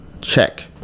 check